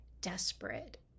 desperate